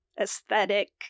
aesthetic